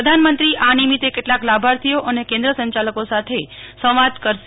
પ્રધાનમંત્રી આ નિમિત્તે કેટલાક લાભાર્થીઓ અને કેન્દ્ર સંચાલકો સાથે સંવાદ કરશે